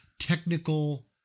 technical